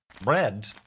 Bread